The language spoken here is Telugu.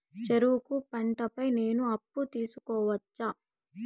చెరుకు పంట పై నేను అప్పు తీసుకోవచ్చా?